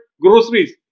groceries